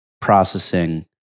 processing